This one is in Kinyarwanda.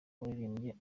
waririmbye